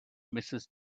mrs